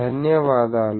ధన్యవాదాలు